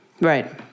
Right